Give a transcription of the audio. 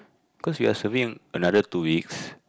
cause we are surveying another two weeks